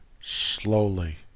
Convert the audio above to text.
slowly